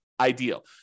ideal